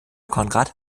conrad